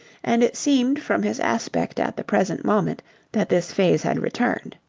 and it seemed from his aspect at the present moment that this phase had returned.